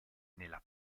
nella